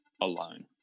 alone